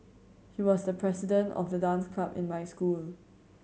he was the president of the dance club in my school